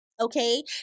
okay